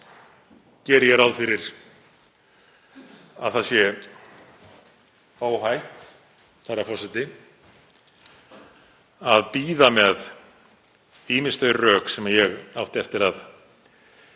geri ég ráð fyrir að það sé óhætt, herra forseti, að bíða með ýmis þau rök sem ég átti eftir að